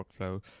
workflow